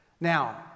Now